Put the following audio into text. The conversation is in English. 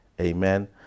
amen